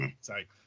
sorry